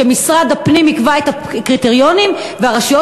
משרד הפנים יקבע את הקריטריונים והרשויות